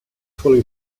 fully